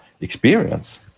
experience